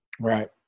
Right